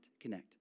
connect